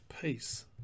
peace